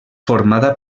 formada